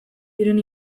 diren